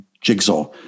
jigsaw